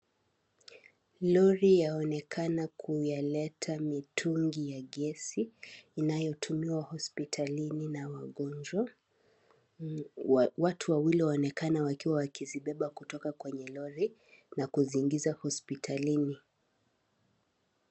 Lori yaonekana kuyaleta mitungi ya gesi inayotumiwa hospitalini na wagonjwa, watu wawili waonekana wakiwa wakizibeba kutoka kwenye lori na kuziingiza hospitalini.